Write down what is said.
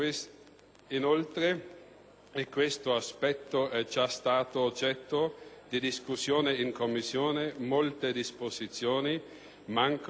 (e questo aspetto è già stato oggetto di discussione in Commissione), molte disposizioni mancano del requisito